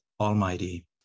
Almighty